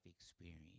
experience